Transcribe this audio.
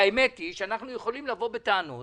והאמת היא, שאנחנו יכולים לבוא בטענות